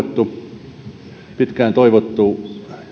esitystä on pitkään toivottu